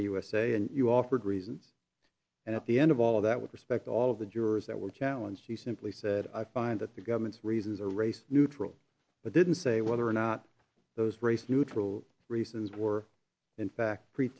usa and you offered reasons and at the end of all that with respect all of the jurors that were challenge she simply said i find that the government's reasons are race neutral but didn't say whether or not those race neutral reasons were in fact pre